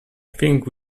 think